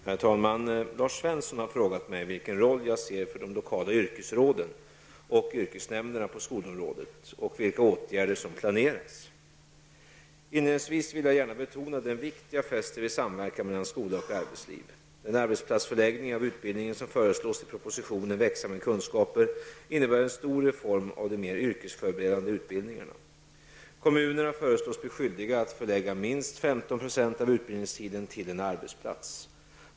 Herr talman! Lars Svensson har frågat mig vilken roll jag ser för de lokala yrkesråden och yrkesnämnderna på skolområdet och vilka åtgärder som planeras. Inledningsvis vill jag gärna betona den vikt jag fäster vid samverkan mellan skola och arbetsliv. innebär en stor reform av de mer yrkesförberedande utbildningarna. Kommunerna föreslås bli skyldiga att förlägga minst 15 % av utbildningstiden till en arbetsplats.